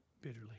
bitterly